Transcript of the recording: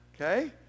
okay